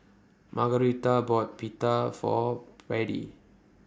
Margaretha bought Pita For Beadie